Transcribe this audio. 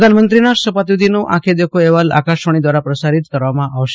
પ્રધાનમંત્રીના શપથવિધિનો આંખે દેખ્યો અહેવાલ આકાશવાણી દ્વારા પ્રસારીત કરવામાં આવશે